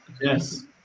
Yes